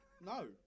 No